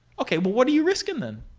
okay. what are you risking then?